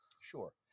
Sure